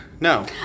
No